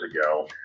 ago